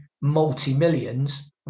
multi-millions